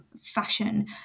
fashion